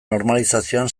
normalizazioan